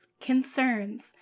concerns